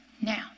Now